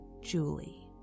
Julie